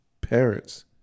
parents